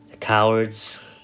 cowards